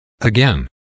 Again